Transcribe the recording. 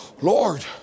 Lord